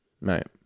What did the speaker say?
right